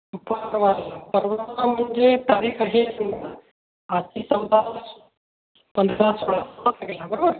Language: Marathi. परवाला परवाला म्हणजे तारीख असेल आजची चौदा पंधरा सोळा बरोबर